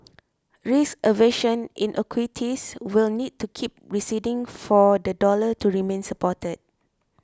risk aversion in equities will need to keep receding for the dollar to remain supported